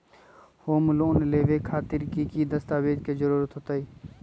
Home loan लेबे खातिर की की दस्तावेज के जरूरत होतई?